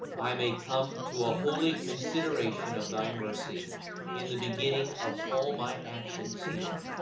i may come to a holy consideration of thy mercy in the beginning of all my actions here